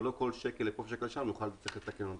ושלא כל שקל לפה או לשם נצטרך לתקן אותו.